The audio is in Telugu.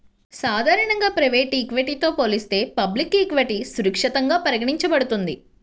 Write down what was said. సాధారణంగా ప్రైవేట్ ఈక్విటీతో పోలిస్తే పబ్లిక్ ఈక్విటీ సురక్షితంగా పరిగణించబడుతుంది